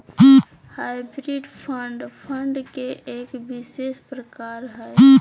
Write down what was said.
hybrid fund, fund के एक विशेष प्रकार हय